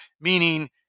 Meaning